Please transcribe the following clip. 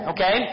Okay